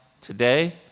today